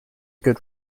good